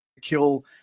kill